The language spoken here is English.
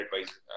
advice